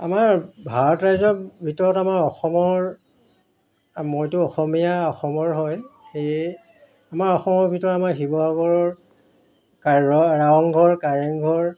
আমাৰ ভাৰত ৰাজ্যৰ ভিতৰত আমাৰ অসমৰ মইতো অসমীয়া অসমৰ হয় সেয়ে আমাৰ অসমৰ ভিতৰত আমাৰ শিৱসাগৰৰ কা ৰ ৰংঘৰ কাৰেংঘৰ